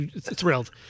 Thrilled